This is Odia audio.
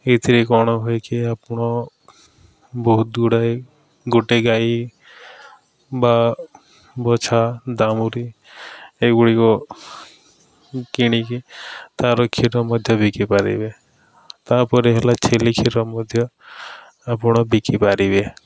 ଏଥିରେ କ'ଣ ହୁଏକି ଆପଣ ବହୁତ୍ ଗୁଡ଼ାଏ ଗୋଟେ ଗାଈ ବା ବଛା ଦାମୁରି ଏଗୁଡ଼ିକ କିଣିକି ତା'ର କ୍ଷୀର ମଧ୍ୟ ବିକି ପାରିବେ ତା'ପରେ ହେଲା ଛେଲି କ୍ଷୀର ମଧ୍ୟ ଆପଣ ବିକିପାରିବେ